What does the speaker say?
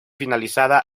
finalizada